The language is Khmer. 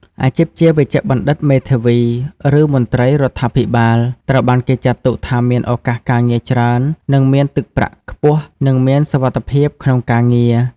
អាជីពជាវេជ្ជបណ្ឌិត មេធាវី ឬមន្ត្រីរដ្ឋាភិបាល ត្រូវបានគេចាត់ទុកថាមានឱកាសការងារច្រើន និងមានទឹកប្រាក់ខ្ពស់ និងមានសុវត្ថិភាពក្នុងការងារ។។